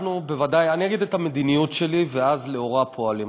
אני אגיד את המדיניות שלי, ואז לאורה פועלים.